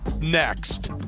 Next